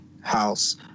house